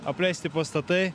apleisti pastatai